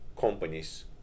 companies